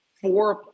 four